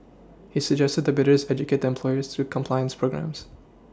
he suggested that the bidders educate their employers through compliance programmes